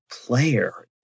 player